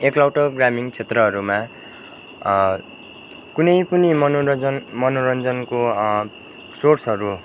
एकलौटो ग्रामीण क्षेत्रहरूमा कुनै पनि मनोरञ्जन मनोरञ्जनको सोर्सहरू